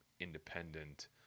independent